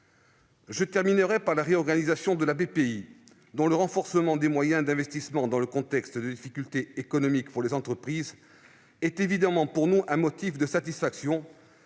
de la Banque publique d'investissement, dont le renforcement des moyens d'investissement, dans un contexte de difficultés économiques pour les entreprises, est évidemment pour nous un motif de satisfaction,